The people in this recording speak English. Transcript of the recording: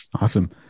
Awesome